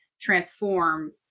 transform